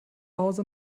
hause